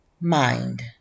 Mind